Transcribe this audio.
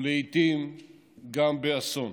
ולעיתים גם באסון.